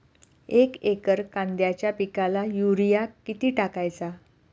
एक एकर कांद्याच्या पिकाला युरिया किती टाकायचा?